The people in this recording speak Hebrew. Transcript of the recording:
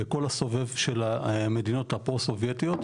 בכל הסובב של המדינות הפרו-סובייטיות.